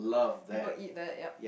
people eat that yep